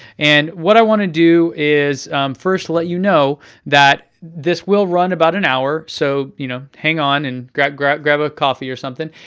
and what i want to do is first let you know that this will run about an hour, so you know hang on and grab grab a coffee or something.